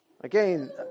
Again